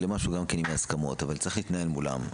למשהו גם עם הסכמות אבל צריך להתנהל מולם.